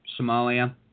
Somalia